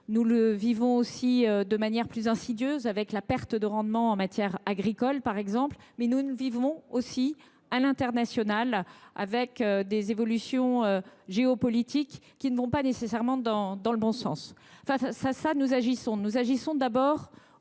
Nous le vivons aussi de manière plus insidieuse, avec la perte de rendement agricole, par exemple. Mais nous nous le vivons aussi à l’international, avec des évolutions géopolitiques qui ne sont pas nécessairement favorables. Nous agissons d’abord